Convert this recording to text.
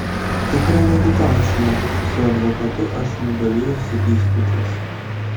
tikra meditacija su advokatu ašmiu dalijausi įspūdžiais